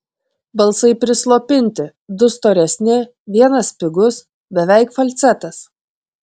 balsai prislopinti du storesni vienas spigus beveik falcetas